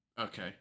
Okay